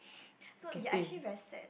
so you're actually very sad